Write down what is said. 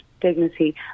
dignity